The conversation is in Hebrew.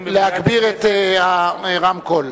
במליאת הכנסת בנושא פיצוי נפגעי הקפאת הבנייה.